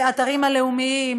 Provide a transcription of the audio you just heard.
לאתרים הלאומיים,